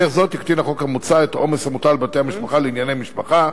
בדרך זו יקטין החוק המוצע את העומס המוטל על בתי-המשפט לענייני משפחה,